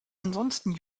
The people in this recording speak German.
ansonsten